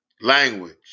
language